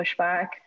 pushback